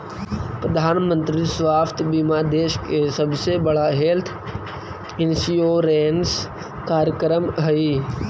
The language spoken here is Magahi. प्रधानमंत्री स्वास्थ्य बीमा देश के सबसे बड़ा हेल्थ इंश्योरेंस कार्यक्रम हई